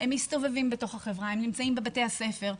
הם נמצאים בבתי הספר,